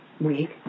week